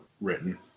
written